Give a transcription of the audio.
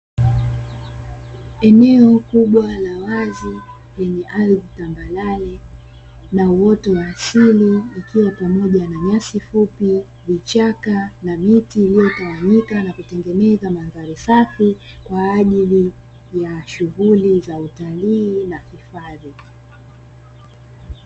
Eneo kubwa la wazi lenye ardhi tambarare na uoto wa asili likiwa pamoja na nyasi fupi, vichaka na miti iliyotawanyika na kutengeneza mandhari safi kwaajili ya shughuli za utalii na hifadhi.